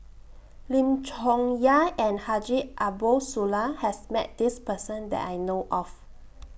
Lim Chong Yah and Haji Ambo Sooloh has Met This Person that I know of